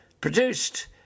produced